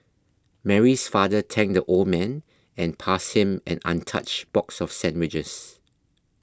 Mary's father thanked the old man and passed him an untouched box of sandwiches